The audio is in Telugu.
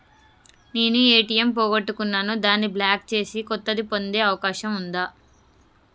నేను ఏ.టి.ఎం పోగొట్టుకున్నాను దాన్ని బ్లాక్ చేసి కొత్తది పొందే అవకాశం ఉందా?